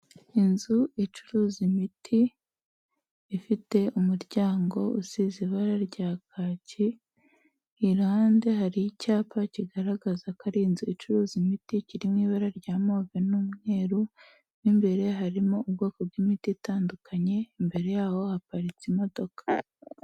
Inzu icuruza imiti, ifite umuryango usize ibara rya kaki. Iruhande hari icyapa kigaragaza ko ari inzu icuruza imiti, kiri mu ibara rya move n'umweru, mo imbere harimo ubwoko bw'imiti itandukanye, imbere yaho haparitse imodoka.